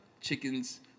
chickens